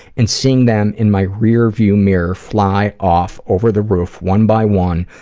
and seeing them in my rearview mirror, fly off, over the roof, one by one,